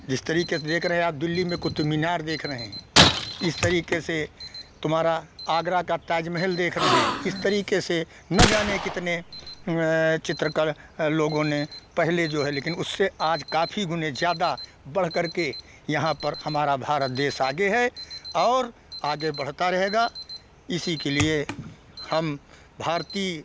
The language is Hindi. जिस तरीके से देख रहे आप दिल्ली में कुतुबमीनार देख रहे हैं इस तरीके से तुम्हारा आगरा का ताजमहल देख रहे हैं इस तरीके से ना जाने कितने चित्रकार लोगों ने पहले जो है लेकिन उससे आज काफ़ी गुणे ज़्यादा बढ़कर के यहाँ पर हमारा भारत देश आगे है और आगे बढ़ता रहेगा इसी के लिए हम भारतीय